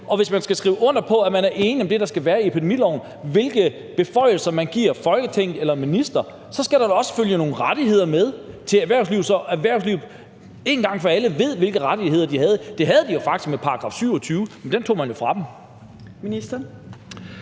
Og hvis man skal skrive under på, at man er enig i det, der står i epidemiloven, og i, hvilke beføjelser man giver til Folketinget eller til en minister, så skal der da også følge nogle rettigheder med til erhvervslivet, så erhvervslivet én gang for alle ved, hvilke rettigheder de har. Det havde de faktisk med § 27, men den tog man jo fra dem. Kl.